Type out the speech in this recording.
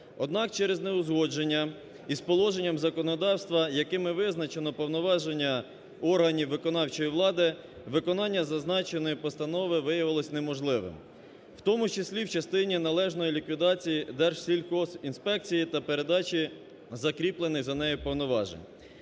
Однак через неузгодження із положенням законодавства, якими визначено повноваження органів виконавчої влади, виконання зазначеної постанови виявилося неможливим. В тому числі в частині належної ліквідації Держсільгоспінспекції та передачі закріплених за нею повноважень.